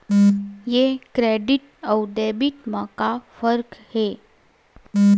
ये क्रेडिट आऊ डेबिट मा का फरक है?